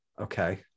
Okay